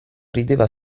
rideva